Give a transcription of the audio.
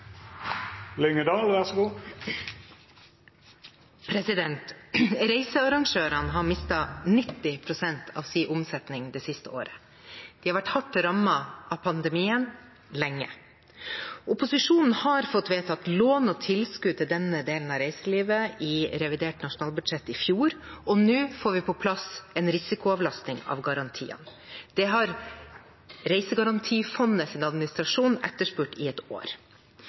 av sin omsetning det siste året. De har vært hardt rammet av pandemien lenge. Opposisjonen har fått vedtatt lån og tilskudd til denne delen av reiselivet i revidert nasjonalbudsjett i fjor, og nå får vi på plass en risikoavlastning av garantiene. Det har Reisegarantifondets administrasjon etterspurt i ett år.